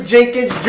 Jenkins